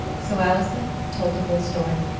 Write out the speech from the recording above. so allison told the whole story.